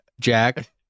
Jack